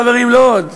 חברים, לא עוד.